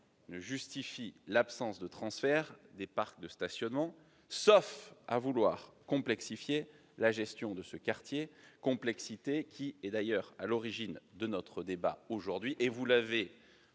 ne justifie l'absence de transfert des parcs de stationnement, sauf à vouloir complexifier la gestion de ce quartier. Or cette complexité est précisément à l'origine de notre débat aujourd'hui, vous l'avez